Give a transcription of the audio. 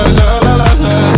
la-la-la-la